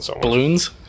balloons